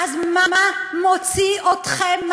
אז מה מוציא אתכם?